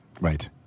right